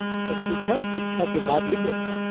सब कुछ है और शिक्षा के बाद ही व्यवसाय